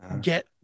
get